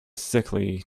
sickly